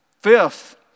Fifth